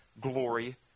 glory